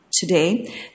today